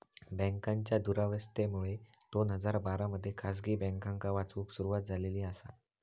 बँकांच्या दुरावस्थेमुळे दोन हजार बारा मध्ये खासगी बँकांका वाचवूक सुरवात झालेली आसा